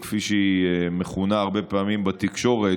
או כפי שהיא מכונה הרבה פעמים בתקשורת,